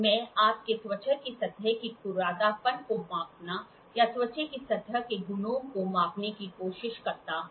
मैं आपको त्वचा की सतह की खुरदरापन को मापने या त्वचा की सतह के गुणों को मापने की कोशिश करता हूं